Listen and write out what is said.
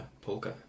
polka